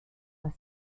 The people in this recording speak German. das